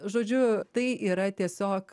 žodžiu tai yra tiesiog